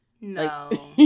No